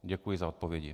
Děkuji za odpovědi.